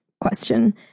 question